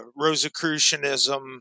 rosicrucianism